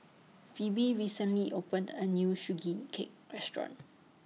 Pheobe recently opened A New Sugee Cake Restaurant